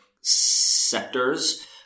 sectors